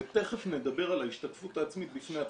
ותיכף נדבר על ההשתתפות העצמית בפני עצמה.